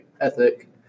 ethic